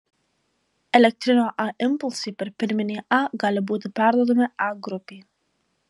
elektrinio a impulsai per pirminį a gali būti perduodami a grupei